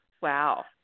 Wow